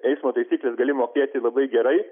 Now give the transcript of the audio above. eismo taisykles gali mokėti labai gerai